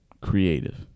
creative